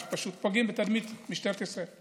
מח"ש פשוט פוגעים בתדמית משטרת ישראל.